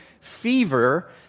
fever